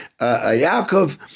Yaakov